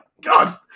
God